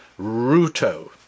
Ruto